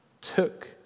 took